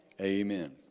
Amen